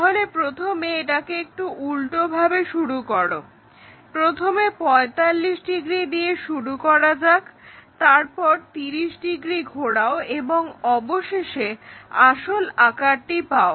তাহলে প্রথমে এটাকে একটু উল্টোভাবে শুরু করো প্রথমে 45 ডিগ্রি দিয়ে শুরু করা যাক এরপর 30 ডিগ্রি ঘোরাও এবং অবশেষে আসল আকারটি পাও